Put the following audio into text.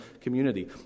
community